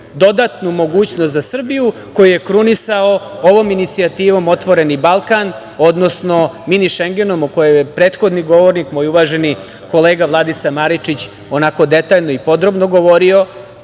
dodatnu mogućnost za Srbiju koju je krunisao ovom inicijativom „Otvoreni Balkan“, odnosno „Mini šengenom“, o kojoj je prethodni govornik moj uvaženi kolega Vladica Maričić onako detaljno i podrobno govorio,